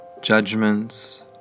judgments